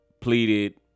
pleaded